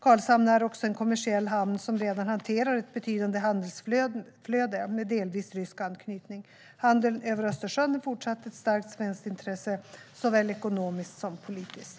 Karlshamn är också en kommersiell hamn som redan hanterar ett betydande handelsflöde, med delvis rysk anknytning. Handeln över Östersjön är fortsatt ett starkt svenskt intresse, såväl ekonomiskt som politiskt.